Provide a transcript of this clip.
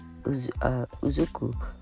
Uzuku